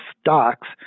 stocks